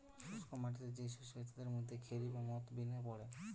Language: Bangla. শুষ্ক মাটিতে যেই শস্য হয় তাদের মধ্যে খেরি বা মথ বিন পড়ে